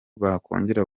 bakongera